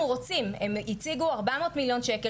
הם רוצים לקבל עכשיו 400 מיליון שקלים